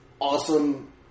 awesome